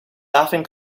often